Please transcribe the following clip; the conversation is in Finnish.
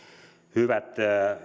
hyvät